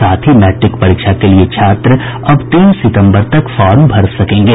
साथ ही मैट्रिक परीक्षा के लिए छात्र अब तीन सितम्बर तक फार्म भर सकेंगे